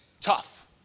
tough